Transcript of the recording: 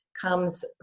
comes